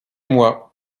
moi